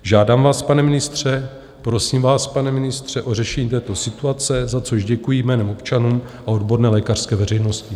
Žádám vás, pane ministře, prosím vás, pane ministře, o řešení této situace, za což děkuji jménem občanů a odborné lékařské veřejnosti.